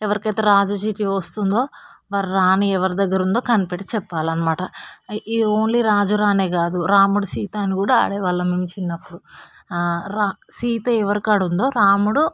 ఎవరికయితే రాజు చీటి వస్తుందో వారు రాణి ఎవరి దగ్గర ఉందో కనిపెట్టి చెప్పాలన్నమాట ఇది ఓన్లీ రాజురాణీయే కాదు రాముడు సీత అని కూడా ఆడేవాళ్ళం మేము చిన్నప్పుడు ఆ రా సీత ఎవరి కాడ ఉందో రాముడు